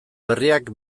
berriak